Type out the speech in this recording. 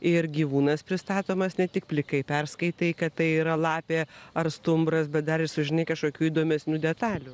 ir gyvūnas pristatomas ne tik plikai perskaitai kad tai yra lapė ar stumbras bet dar ir sužinai kažkokių įdomesnių detalių